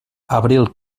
abril